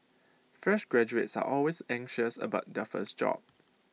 fresh graduates are always anxious about their first job